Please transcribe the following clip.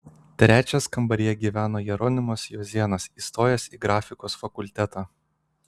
trečias kambaryje gyveno jeronimas juozėnas įstojęs į grafikos fakultetą